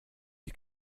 die